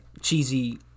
cheesy